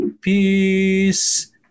Peace